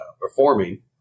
performing